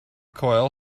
coil